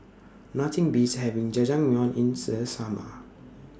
Nothing Beats having Jajangmyeon in The Summer